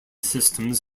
systems